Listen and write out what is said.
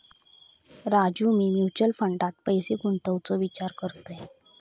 राजू, मी म्युचल फंडात पैसे गुंतवूचो विचार करतय